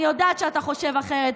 אני יודעת שאתה חושב אחרת,